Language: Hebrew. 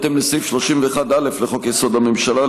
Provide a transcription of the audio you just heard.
בהתאם לסעיף 31(א) לחוק-יסוד: הממשלה,